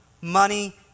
money